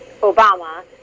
Obama